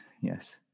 yes